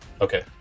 okay